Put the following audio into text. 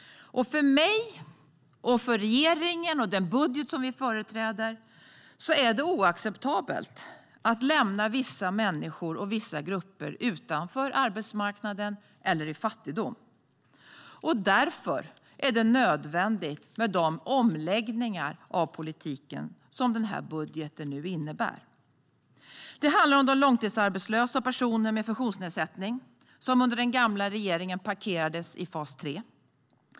För mig, regeringen och den budget som vi företräder är det oacceptabelt att lämna vissa människor och grupper utanför arbetsmarknaden eller i fattigdom. Därför är det nödvändigt med de omläggningar av politiken som den här budgeten innebär. Det handlar om de långtidsarbetslösa och personer med funktionsnedsättning som under den gamla regeringen parkerades i fas 3.